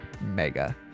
Mega